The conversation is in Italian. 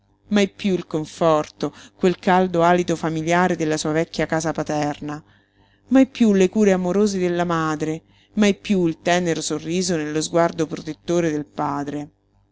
mai piú il conforto quel caldo alito familiare della sua vecchia casa paterna mai piú le cure amorose della madre mai piú il tenero sorriso nello sguardo protettore del padre